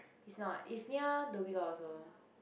is not is near Dhoby-Ghaut also